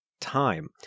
time